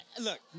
look